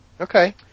okay